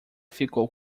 ficou